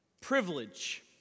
privilege